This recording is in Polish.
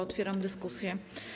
Otwieram dyskusję.